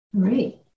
Great